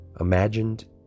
imagined